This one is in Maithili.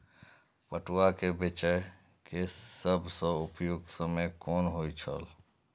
पटुआ केय बेचय केय सबसं उपयुक्त समय कोन होय छल?